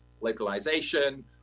localization